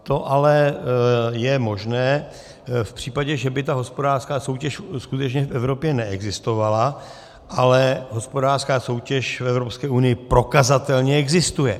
To ale je možné v případě, že by ta hospodářská soutěž skutečně v Evropě neexistovala, ale hospodářská soutěž v Evropské unii prokazatelně existuje.